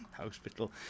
hospital